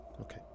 Okay